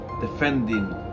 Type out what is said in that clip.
defending